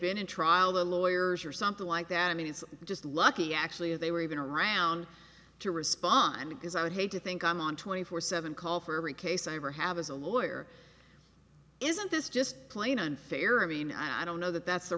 been in trial the lawyers or something like that i mean it's just lucky actually if they were even around to respond because i would hate to think i'm on twenty four seven call for every case i ever have as a lawyer isn't this just plain unfair i mean i don't know that that's the